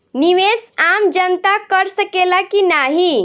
निवेस आम जनता कर सकेला की नाहीं?